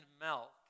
milk